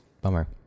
bummer